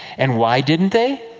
and why didn't they?